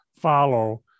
follow